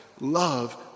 love